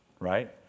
right